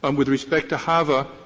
um with respect to hava,